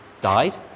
died